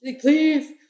Please